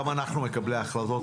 גם אנחנו מקבלי החלטות,